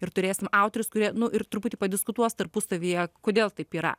ir turėsim autorius kurie nu ir truputį padiskutuos tarpusavyje kodėl taip yra